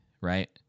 right